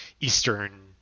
eastern